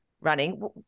running